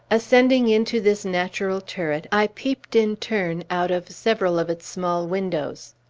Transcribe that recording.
ascending into this natural turret, i peeped in turn out of several of its small windows.